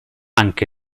anche